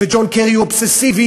וג'ון קרי הוא אובססיבי.